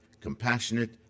compassionate